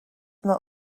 not